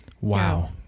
Wow